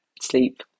sleep